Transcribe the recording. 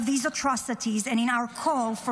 of these atrocities and in our call for